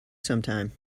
sometime